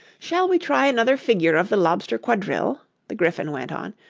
shall we try another figure of the lobster quadrille the gryphon went on.